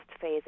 phase